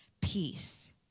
peace